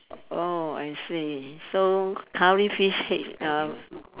oh I see so curry fish head uh